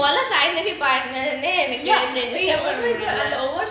மொதல்ல:mothalae sainthavi பாடுனது வந்து:paadunathu vanthu accept பண்ண முடில:panna mudila